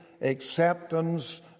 acceptance